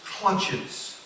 clutches